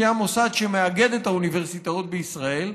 שהיא המוסד שמאגד את האוניברסיטאות בישראל,